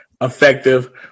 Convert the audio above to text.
effective